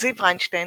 זיו ריינשטיין,